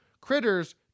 Critters